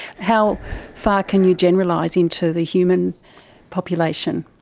how far can you generalise into the human population?